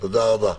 תודה רבה.